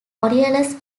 orioles